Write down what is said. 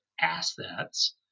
assets